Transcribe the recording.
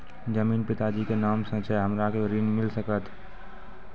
जमीन पिता जी के नाम से छै हमरा के ऋण मिल सकत?